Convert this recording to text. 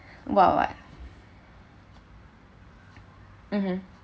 while uh mmhmm